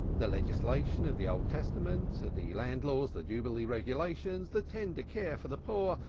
the legislation of the old testament the land laws, the jubilee regulations, the tender care for the poor,